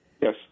Yes